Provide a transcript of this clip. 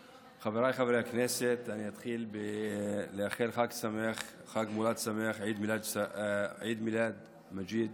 אני אתחיל לאחל חג מולד שמח, עיד מילאד מ'גיד,